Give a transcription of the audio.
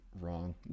wrong